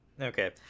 Okay